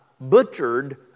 butchered